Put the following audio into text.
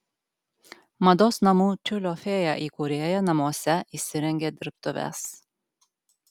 mados namų tiulio fėja įkūrėja namuose įsirengė dirbtuves